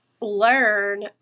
learn